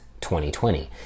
2020